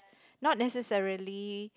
not necessarily